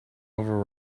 over